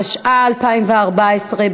התשע"ה 2014,